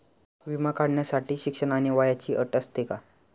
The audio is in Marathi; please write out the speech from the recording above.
विमा काढण्यासाठी शिक्षण आणि वयाची अट असते का?